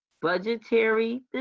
budgetary